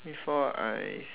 before I